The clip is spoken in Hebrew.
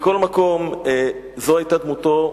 מכל מקום, זו היתה דמותו,